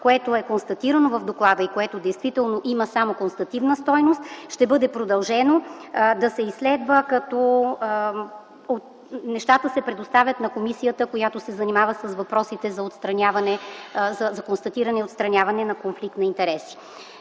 което е констатирано в доклада и което действително има само констативна стойност, ще бъде продължено да се изследва като нещата се предоставят на комисията, която се занимава с въпросите за констатиране и отстраняване на конфликт на интереси.